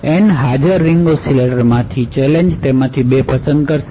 N હાજર ring ઓસિલેટરમાંથી challenge તેમાંથી 2 પસંદ કરવાનું છે